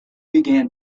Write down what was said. began